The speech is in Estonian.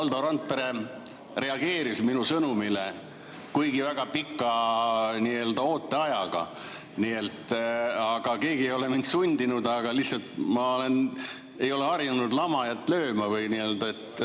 Valdo Randpere reageeris minu sõnumile, kuigi väga pika ooteajaga. Aga keegi ei ole mind sundinud, ma lihtsalt ei ole harjunud lamajat lööma.